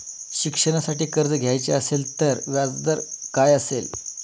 शिक्षणासाठी कर्ज घ्यायचे असेल तर व्याजदर काय असेल?